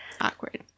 awkward